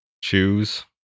choose